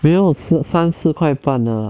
没有三四块半的啊